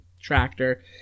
tractor